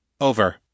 Over